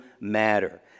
matter